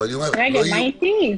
רגע, מה איתי?